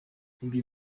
ibyo